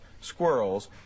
squirrels